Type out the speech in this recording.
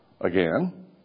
again